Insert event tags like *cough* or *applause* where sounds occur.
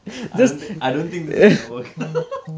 I don't thi~ I don't think this is going to work *laughs* out